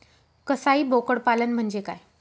कसाई बोकड पालन म्हणजे काय?